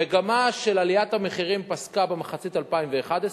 המגמה של עליית המחירים פסקה במחצית 2011,